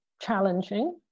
challenging